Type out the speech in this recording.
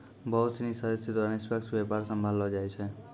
बहुत सिनी सदस्य द्वारा निष्पक्ष व्यापार सम्भाललो जाय छै